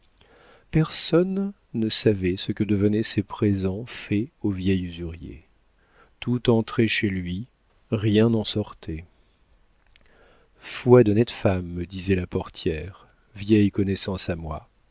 personne ne savait ce que devenaient ces présents faits au vieil usurier tout entrait chez lui rien n'en sortait foi d'honnête femme me disait la portière vieille connaissance à moi